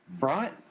Right